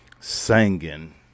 Singing